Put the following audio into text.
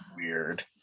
weird